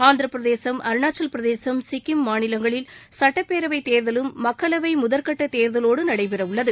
ஆந்திரபிரதேசும் அருணாச்சலபிரதேசும் சிக்கிம் மாநிலங்களில் சுட்டப்பேரவைத் தேர்தலும் மக்களவைமுதற்கட்டத் தேர்தலோடுநடைபெறஉள்ளது